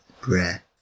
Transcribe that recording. breath